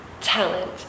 talent